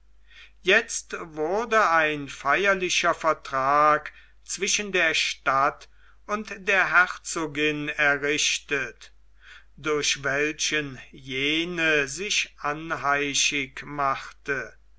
jetzt wurde ein feierlicher vertrag zwischen der stadt und der herzogin errichtet durch welchen jene sich anheischig machte